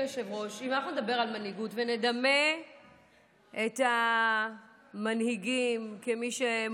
אם אנחנו נדבר על מנהיגות ונדמה את המנהיגים למי שמובילים